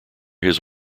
his